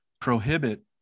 prohibit